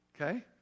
Okay